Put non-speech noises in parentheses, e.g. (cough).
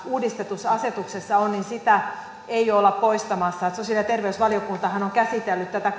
uudistetussa asetuksessa on ei olla poistamassa sosiaali ja terveysvaliokuntahan on käsitellyt tätä (unintelligible)